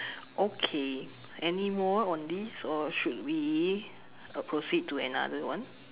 okay anymore on this or should we uh proceed to another one